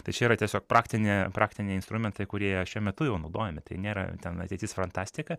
tai čia yra tiesiog praktinė praktiniai instrumentai kurie šiuo metu jau naudojami tai nėra ten ateitis fantastika